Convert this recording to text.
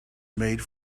made